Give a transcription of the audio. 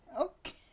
Okay